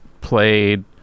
played